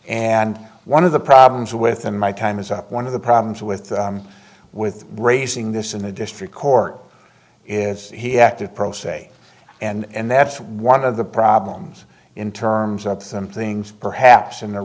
and one of the problems within my time is up one of the problems with with raising this in the district court is he acted pro se and that's one of the problems in terms of them things perhaps in the